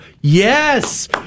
Yes